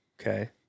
Okay